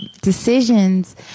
decisions